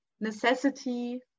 necessity